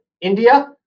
India